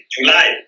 July